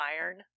iron